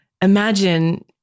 imagine